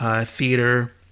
theater